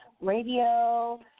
Radio